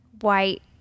white